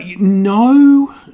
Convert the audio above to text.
No